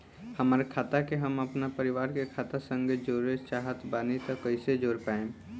हमार खाता के हम अपना परिवार के खाता संगे जोड़े चाहत बानी त कईसे जोड़ पाएम?